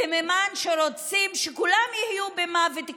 סממן שרוצים שכולם יהיו במוות קליני,